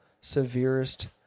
severest